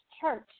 Church